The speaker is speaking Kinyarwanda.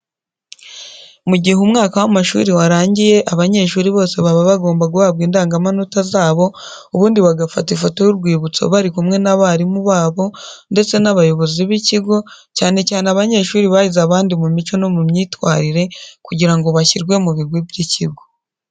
Mu gihe umwaka w'amashuri warangiye abanyeshuri bose baba bagomba guhabwa indangamanota zabo ubundi bagafata ifoto y'urwibutso bari kumwe n'abarimu babo ndetse n'abayobozi b'ikigo, cyane cyane abanyeshuri bahize abandi mu mico no mu myitwarire kugira ngo bishyirwe mu bigwi by'ikigo.